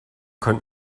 könnt